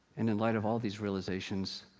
and in light of all these realizations,